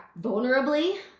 Vulnerably